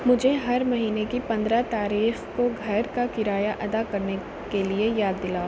مجھے ہر مہینے کی پندرہ تاریخ کو گھر کا کرایہ ادا کرنے کے لیے یاد دلا